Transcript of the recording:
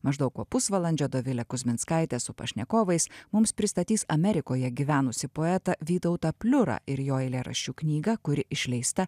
maždaug po pusvalandžio dovilė kuzminskaitė su pašnekovais mums pristatys amerikoje gyvenusį poetą vytautą pliurą ir jo eilėraščių knygą kuri išleista